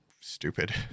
stupid